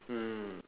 hmm